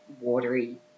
watery